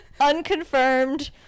Unconfirmed